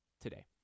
today